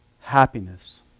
happiness